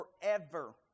forever